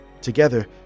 together